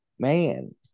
Man